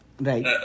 Right